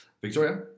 Victoria